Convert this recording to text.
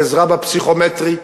לעזרה בפסיכומטרי,